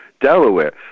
Delaware